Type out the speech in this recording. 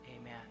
amen